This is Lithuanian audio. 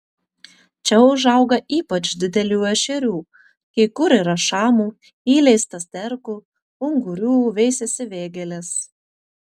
čia užauga ypač didelių ešerių kai kur yra šamų įleista sterkų ungurių veisiasi vėgėlės